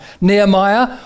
Nehemiah